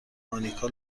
مانیکا